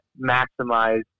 maximize